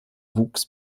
wuchs